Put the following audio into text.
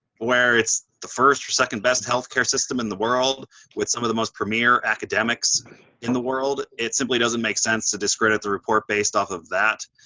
where it's the first or second best health care system in the world with some of the most premier academics in the world, it simply doesn't make sense discredit the report based off of that.